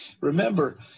Remember